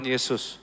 Jesus